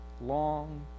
long